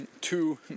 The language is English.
two